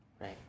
right